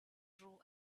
true